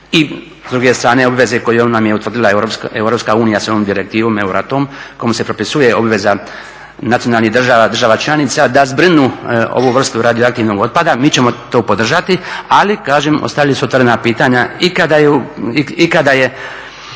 I s druge strne obveze koje nam je utvrdila EU sa ovom direktivom EURATOM kojom se propisuje obveza nacionalnih država, država članica da zbrinu ovu vrstu radioaktivnog otpada. Mi ćemo to podržati, ali kažem ostala su otvorena pitanja i kada je